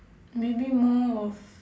maybe more of